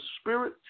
spirit